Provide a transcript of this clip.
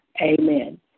Amen